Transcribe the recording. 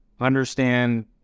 understand –